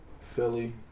Philly